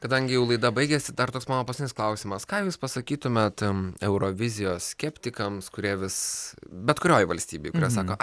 kadangi jau laida baigiasi dar toks mano paskutinis klausimas ką jūs pasakytumėt eurovizijos skeptikams kurie vis bet kurioj valstybėj kurios sako ai dalyvaut